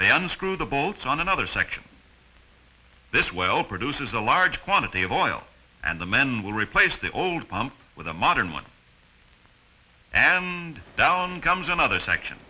they unscrewed the bolts on another section this well produces a large quantity of oil and the men will replace the old pump with a modern one and down comes another section